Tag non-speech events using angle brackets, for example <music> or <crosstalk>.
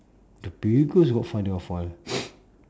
the biggest godfather of all <breath>